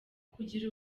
kugira